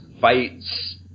fights